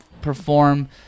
perform